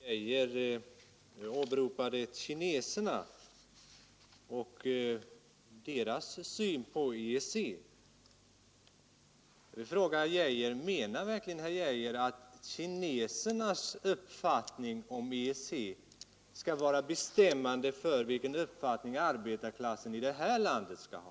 Herr talman! Herr Geijer åberopade kineserna och deras syn på EEC. Jag vill fråga herr Geijer: Menar verkligen herr Geijer att kinesernas uppfattning om EEC skall vara bestämmande för vilken uppfattning arbetarklassen här i landet skall ha?